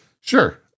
sure